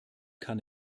kann